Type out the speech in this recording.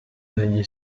negli